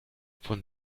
von